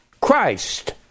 Christ